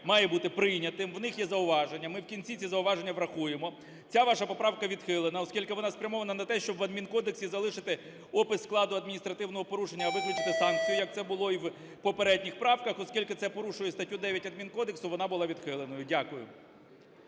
має бути прийнятим. В них є зауваження, ми вкінці ці зауваження врахуємо. Ця ваша поправка відхилена, оскільки вона спрямована на те, щоби в Адмінкодексі залишити опис складу адміністративного порушення, а виключити санкцію, як це було і в попередніх правках. Оскільки це порушує статтю 9 Адмінкодексу, вона була відхиленою. Дякую.